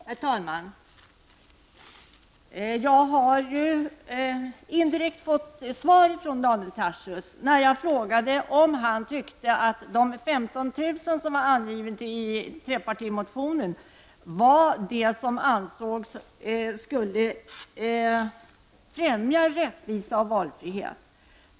Herr talman! Jag har indirekt fått svar av Daniel Tarschys på min fråga om han tyckte att de 15 000 kr. som anges i trepartimotionen är det belopp som främjar rättvisa och valfrihet.